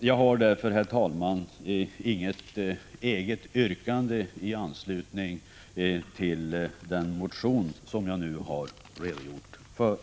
Jag har därför, herr talman, inget eget yrkande i anslutning till den motion som jag nu har redogjort för.